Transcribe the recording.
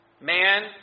man